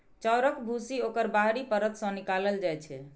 चाउरक भूसी ओकर बाहरी परत सं निकालल जाइ छै